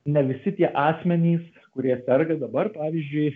ne visi tie asmenys kurie serga dabar pavyzdžiui